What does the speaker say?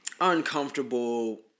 uncomfortable